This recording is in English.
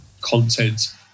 content